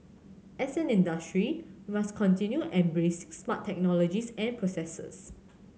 as an industry we must continue embracing smart technologies and processes